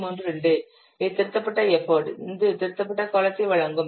32 இது திருத்தப்பட்ட எஃபர்ட் இது திருத்தப்பட்ட காலத்தை வழங்கும்